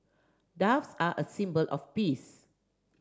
doves are a symbol of peace